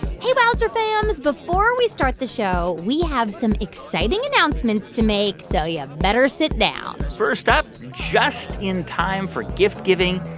hey, wowzer fams, before we start the show, we have some exciting announcements to make, so you yeah better sit down first up just in time for gift giving,